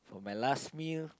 my last meal